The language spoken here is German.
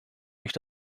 durch